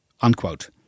Unquote